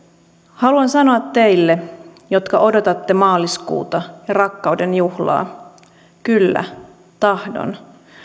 haluan sanoa teille jotka odotatte maaliskuuta ja rakkauden juhlaa kyllä tahdon